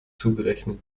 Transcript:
zugerechnet